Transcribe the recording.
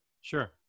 Sure